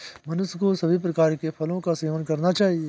मनुष्य को सभी प्रकार के फलों का सेवन करना चाहिए